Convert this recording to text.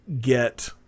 get